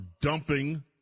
dumping